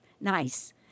Nice